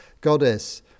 goddess